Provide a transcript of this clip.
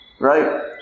right